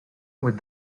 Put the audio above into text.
with